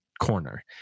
corner